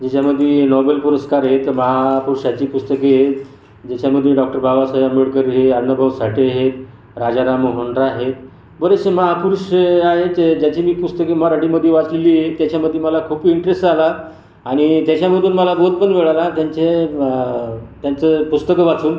त्याच्यामध्ये नोबेल पुरस्कार आहेत महापुरुषाची पुस्तके आहेत ज्याच्यामध्ये डॉक्टर बाबासाहेब आंबेडकर आहे अण्णाभाऊ साठे आहे राजा राममोहन राय आहेत हे बरेचसे महापुरुष आहेत जे ज्यांची मी पुस्तके मराठीमध्ये वाचलेली आहेत त्याच्यामध्ये मला खूप इंटरेस्ट आला आणि त्याच्यामधून मला बोध पण मिळाला ते त्यांचे त्यांचं पुस्तकं वाचून